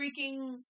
freaking